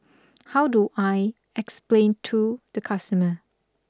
how do I explain to the customer